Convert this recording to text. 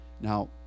now